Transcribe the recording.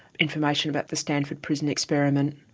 information about the stanford prison experiment,